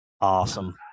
Awesome